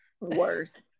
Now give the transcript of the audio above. worse